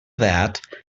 that